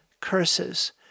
curses